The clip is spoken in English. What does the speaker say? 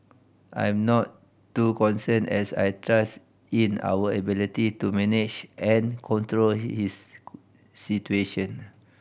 I'm not too concerned as I trust in our ability to manage and control he is situation